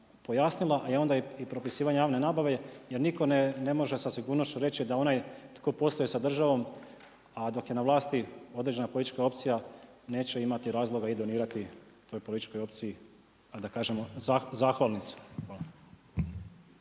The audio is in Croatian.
a onda i propisivanje javne nabave. Jer nitko ne može sa sigurnošću reći da onaj tko posluje sa državom, a dok je na vlasti određena politička opcija neće imati razloga i donirati toj političkoj opciji, da kažemo zahvalnicu.